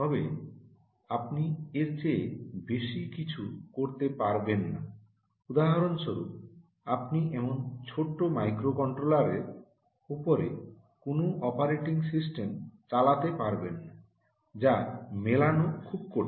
তবে আপনি এর চেয়ে বেশি কিছু করতে পারবেন না উদাহরণ স্বরূপ আপনি এমন ছোট্ট মাইক্রোকন্ট্রোলারের উপরে কোনও অপারেটিং সিস্টেম চালাতে পারবেন না যা মেলানো খুব কঠিন